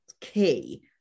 key